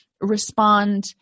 respond